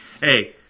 Hey